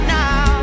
now